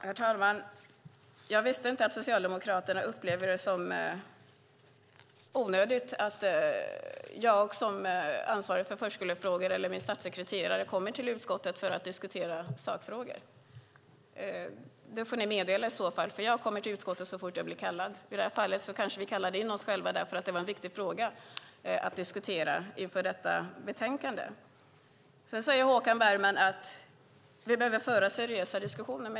Herr talman! Jag visste inte att Socialdemokraterna upplevde det som onödigt att jag som ansvarig för förskolefrågor eller min statssekreterare kommer till utskottet för att diskutera sakfrågor. Det får ni meddela i så fall, för jag kommer till utskottet så fort jag blir kallad. I det här fallet kanske vi kallade in oss själva därför att det var en viktig fråga att diskutera inför betänkandet. Håkan Bergman säger att vi behöver föra seriösa diskussioner.